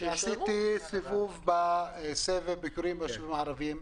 כשעשיתי סבב ביקורים בישובים הערביים,